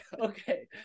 Okay